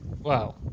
Wow